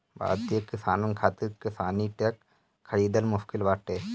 भारतीय किसानन खातिर किसानी ट्रक खरिदल मुश्किल बाटे